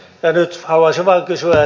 nyt haluaisin vain kysyä